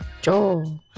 Joe